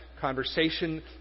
conversation